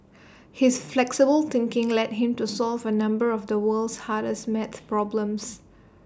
his flexible thinking led him to solve A number of the world's hardest math problems